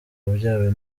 wabyawe